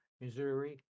missouri